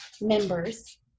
members